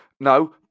No